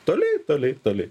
toli toli toli